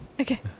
Okay